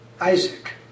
Isaac